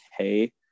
okay